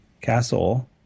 castle